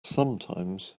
sometimes